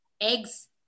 eggs